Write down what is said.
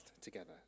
together